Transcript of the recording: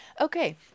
okay